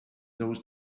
those